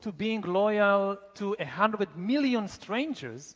to being loyal to a hundred million strangers,